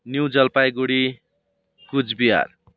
new Jalpaiguri Cooch Behar